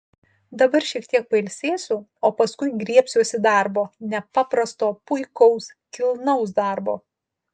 dabar šiek tiek pailsėsiu o paskui griebsiuosi darbo nepaprasto puikaus kilnaus darbo